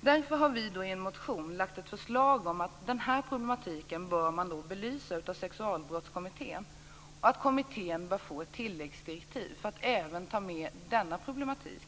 Därför har vi i en motion väckt ett förslag om att Sexualbrottskommittén bör belysa den här problematiken och att kommittén bör få ett tilläggsdirektiv för att även ta med denna problematik.